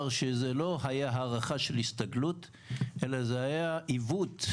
שזה לא היה הארכה של הסתגלות אלא זה היה עיוות,